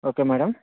okay madam